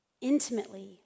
intimately